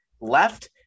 left